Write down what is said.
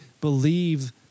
believe